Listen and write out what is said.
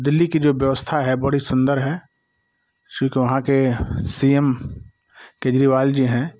दिल्ली की जो व्यवस्था है बड़ी सुन्दर है क्योंकि वह के सी एम केजरीवाल जी हैं